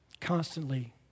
Constantly